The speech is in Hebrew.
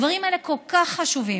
הדברים האלה כל כך חשובים.